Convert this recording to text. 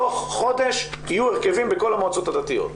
תוך חודש יהיו הרכבים בכל המועצות הדתיות.